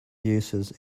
uses